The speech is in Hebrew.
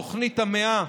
תוכנית המאה